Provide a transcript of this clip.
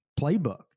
playbook